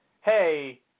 hey